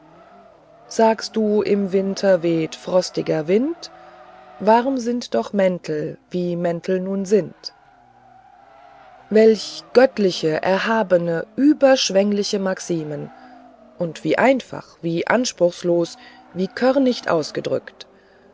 sagst du im winter weht frostiger wind warm sind doch mäntel wie mäntel nun sind welche göttliche erhabene überschwengliche maximen und wie einfach wie anspruchslos wie körnicht ausgedrückt